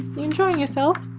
you enjoying yourself?